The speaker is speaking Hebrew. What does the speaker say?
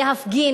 להפגין,